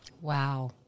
Wow